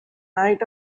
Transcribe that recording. night